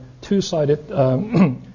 two-sided